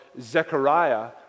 Zechariah